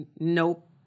nope